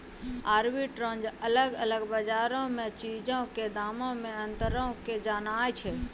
arbitrage अलग अलग बजारो मे चीजो के दामो मे अंतरो के जाननाय छै